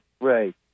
Right